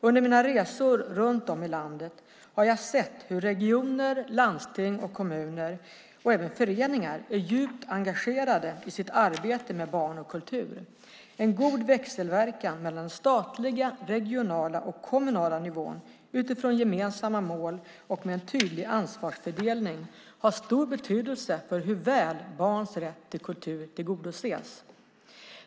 Under mina resor runt om i landet har jag sett hur regioner, landsting, kommuner och föreningar är djupt engagerade i sitt arbete med barn och kultur. En god växelverkan mellan den statliga, regionala och kommunala nivån, utifrån gemensamma mål och med en tydlig ansvarsfördelning, har stor betydelse för hur väl barns rätt till kultur tillgodoses.